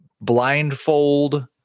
blindfold